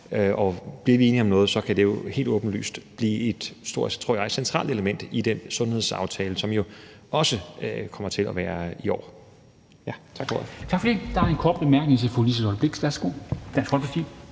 bliver vi enige om noget, kan det jo helt åbenlyst blive et, tror jeg, centralt element i den sundhedsaftale, som jo også kommer til at være i år. Tak for ordet.